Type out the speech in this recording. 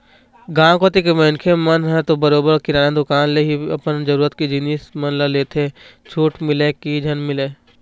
गाँव कोती के मनखे मन ह तो बरोबर किराना दुकान ले ही अपन जरुरत के जिनिस मन ल लेथे छूट मिलय की झन मिलय